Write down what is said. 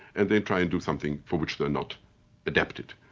and they try and do something for which they're not adapted.